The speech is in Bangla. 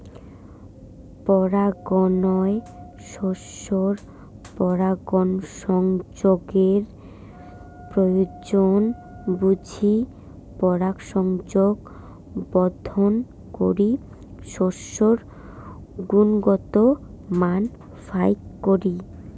পরাগায়ন শস্যের পরাগসংযোগের প্রয়োজন বুঝি পরাগসংযোগ বর্ধন করি শস্যের গুণগত মান ফাইক করি